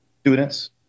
students